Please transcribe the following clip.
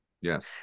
Yes